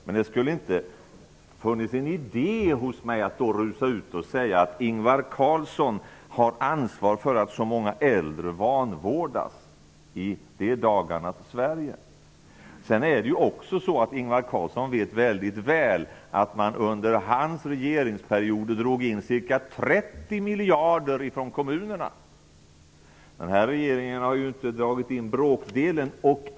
Men det skulle inte ha funnits någon idé hos mig att rusa ut och säga att Ingvar Carlsson hade ansvar för att så många äldre vanvårdades. Ingvar Carlsson vet att man under hans regeringsperiod drog in ca 30 miljarder kronor från kommunerna. Denna regering har inte dragit in bråkdelen av denna summa.